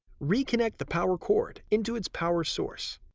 reconnect the power cord into its power source.